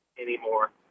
anymore